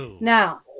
Now